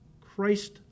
Christ